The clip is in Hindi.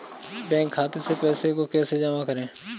बैंक खाते से पैसे को कैसे जमा करें?